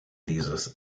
dieses